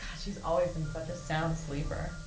she's always been such a sound sleeper.